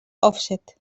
òfset